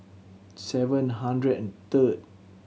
seven hundred and third